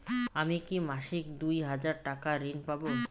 আমি কি মাসিক দুই হাজার টাকার ঋণ পাব?